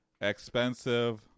expensive